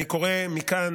אני קורא מכאן